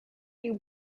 you